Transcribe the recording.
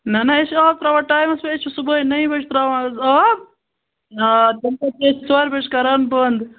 نہ نہ أسۍ چھِ آب تراوان ٹایمَس پیٚٹھ أسۍ چھِ صُبحٲے نَیہِ بَجہِ تراوان حظ آب تمہِ پَتہٕ چھِ أسۍ ژورِ بَجہِ کران بند